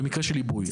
במקרה של עיבוי.